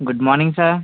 good morning sir